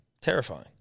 Terrifying